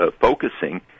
focusing